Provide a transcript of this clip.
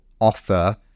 offer